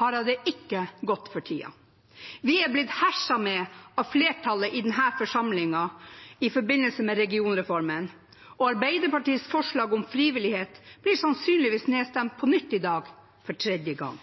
har jeg det ikke godt for tiden. Vi er blitt herset med av flertallet i denne forsamlingen i forbindelse med regionreformen, og Arbeiderpartiets forslag om frivillighet blir sannsynligvis nedstemt på nytt i dag – for tredje gang.